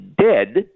dead